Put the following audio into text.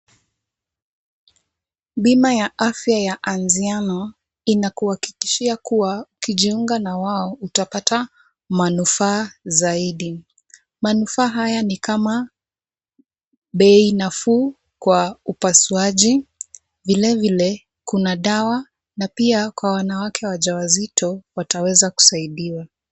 Bima ya afya ya Anziano inakuhakikishia kuwa ukijiunga na wao utapata manufaa zaidi. Manufaa haya ni kama bei nafuu kwa upasuaji. Vilevile kuna dawa na pia kwa wanawake wajawazito wataweza kusaidiwa.